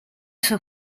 son